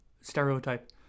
stereotype